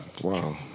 Wow